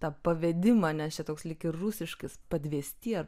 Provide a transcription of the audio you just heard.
tą pavedimą nes čia toks lyg rusiškas padvėsti ar